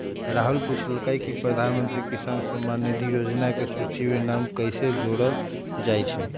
राहुल पूछलकई कि प्रधानमंत्री किसान सम्मान निधि योजना के सूची में नाम कईसे जोरल जाई छई